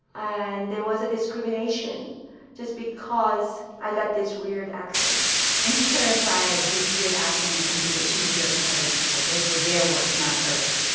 and there was a discrimination just because i got this weird accent and she clarified this weird accent is something that she would hear from other people. those were their words, not hers.